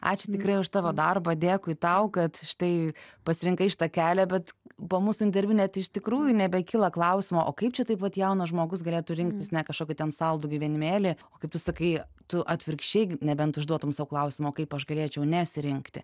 ačiū tikrai už tavo darbą dėkui tau kad štai pasirinkai šitą kelią bet po mūsų interviu net iš tikrųjų nebekyla klausimo o kaip čia taip vat jaunas žmogus galėtų rinktis ne kažkokį ten saldų gyvenimėlį o kaip tu sakai tu atvirkščiai nebent užduotum sau klausimą o kaip aš galėčiau nesirinkti